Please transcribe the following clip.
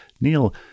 Neil